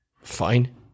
Fine